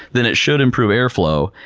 then it should improve airflow.